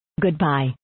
Goodbye